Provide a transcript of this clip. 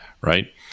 right